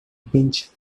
pinch